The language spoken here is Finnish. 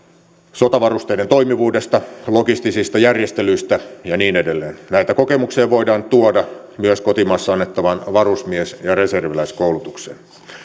sotavarusteiden toimivuudesta logistisista järjestelyistä ja niin edelleen näitä kokemuksia voidaan tuoda myös kotimaassa annettavaan varusmies ja reserviläiskoulutukseen